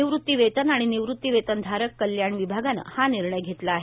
निवृत्तीवेतन आणि निवत्तीवेतनधारक कल्याण विभागानं हा निर्णय घेतला आहे